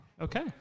Okay